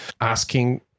asking